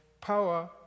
power